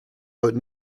but